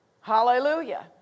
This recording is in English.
hallelujah